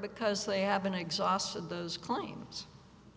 because they haven't exhausted those claims